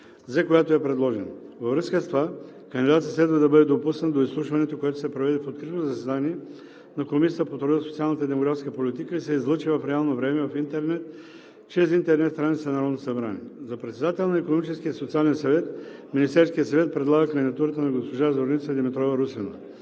за която е предложен. Във връзка с това кандидатът следва да бъде допуснат до изслушването, което се проведе в открито заседание на Комисията по труда, социалната и демографската политика и се излъчи в реално време в интернет чрез интернет страницата на Народното събрание. За председател на Икономическия и социален съвет Министерският съвет предлага кандидатурата на госпожа Зорница Димитрова Русинова.